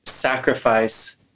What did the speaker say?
sacrifice